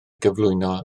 gyflwyno